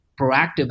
proactive